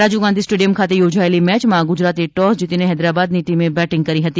Rajiv Gandhi stadium ખાતે યોજાયેલી મેચમાં ગુજરાતે ટોસ જીતીને હૈદરાબાદની ટીમે બેટીંગ કરી હતી